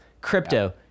Crypto